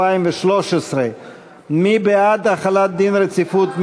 התשע"ד 2013. מי בעד החלת דין רציפות?